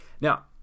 Now